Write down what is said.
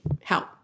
help